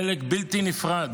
חלק בלתי נפרד